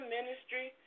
Ministry